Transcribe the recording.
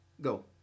go